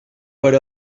per